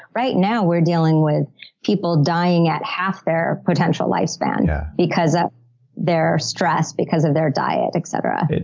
right now, we're dealing with people dying at half their potential lifespan yeah because of their stress, because of their diet, etc.